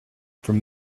from